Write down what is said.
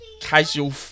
casual